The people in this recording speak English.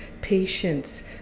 patience